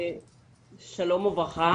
שלום וברכה.